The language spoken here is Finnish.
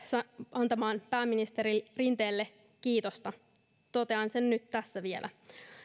antamaan pääministeri rinteelle kiitosta totean sen nyt tässä vielä